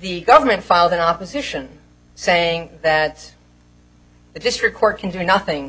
the government filed in opposition saying that the district court can do nothing